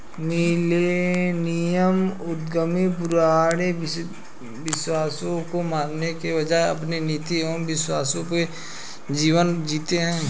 millennial उद्यमी पुराने विश्वासों को मानने के बजाय अपने नीति एंव विश्वासों पर जीवन जीते हैं